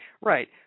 Right